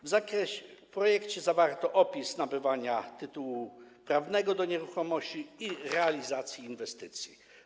W projekcie zawarto opis nabywania tytułu prawnego do nieruchomości i realizacji inwestycji.